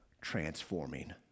transforming